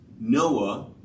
Noah